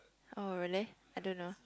oh really I don't know